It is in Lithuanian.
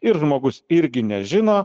ir žmogus irgi nežino